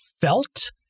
felt